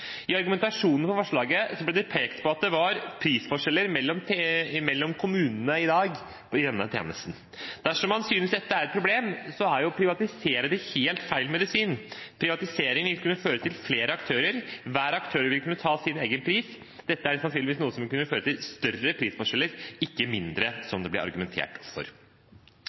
I argumentasjonen for forslaget ble det pekt på at det var prisforskjeller mellom kommunene i dag når det gjelder denne tjenesten. Dersom man synes dette er et problem, er å privatisere den helt feil medisin. Privatisering vil kunne føre til flere aktører, og hver aktør vil kunne ta sin egen pris. Dette er noe som sannsynligvis vil kunne føre til større prisforskjeller, ikke mindre, som det blir argumentert for.